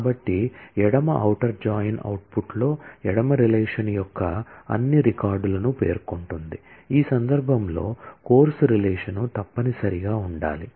కాబట్టి ఎడమ outer join అవుట్పుట్లో ఎడమ రిలేషన్ యొక్క అన్ని రికార్డులను పేర్కొంటుంది ఈ సందర్భంలో కోర్సు రిలేషన్ తప్పనిసరిగా ఉండాలి